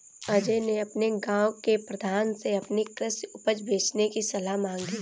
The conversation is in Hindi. अजय ने अपने गांव के प्रधान से अपनी कृषि उपज बेचने की सलाह मांगी